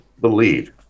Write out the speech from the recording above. believe